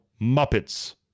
Muppets